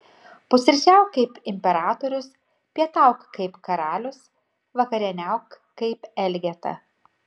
pusryčiauk kaip imperatorius pietauk kaip karalius vakarieniauk kaip elgeta